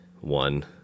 One